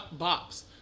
bops